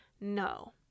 No